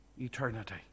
eternity